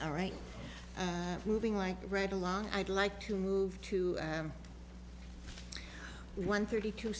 all right moving like right along i'd like to move to one thirty two